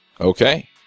Okay